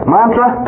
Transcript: Mantra